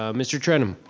ah mr. trenum.